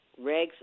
regs